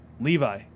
Levi